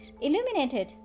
illuminated